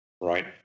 right